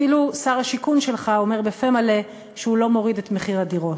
אפילו שר השיכון שלך אומר בפה מלא שהוא לא מוריד את מחיר הדירות.